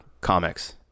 comics